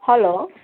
hello